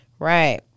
Right